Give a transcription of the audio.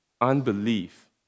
unbelief